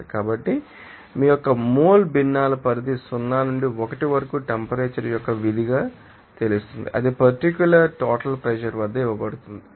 కాబట్టి మీ యొక్క మోల్ భిన్నాల పరిధి 0 నుండి 1 వరకు టెంపరేచర్ యొక్క విధిగా తెలుసు అది పర్టిక్యూలర్ టోటల్ ప్రెషర్ వద్ద ఇవ్వబడుతుంది